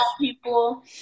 people